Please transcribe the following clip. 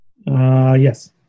Yes